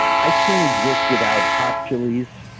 i can't exist without hot chilies,